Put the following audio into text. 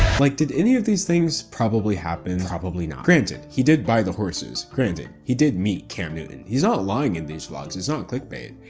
like did any of these things probably happened? probably not. granted, he did buy the horses. granted, he did meet cam newton. he's ah not lying in these vlogs. it's not clickbait.